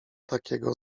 takiego